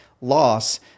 loss